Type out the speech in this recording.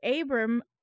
Abram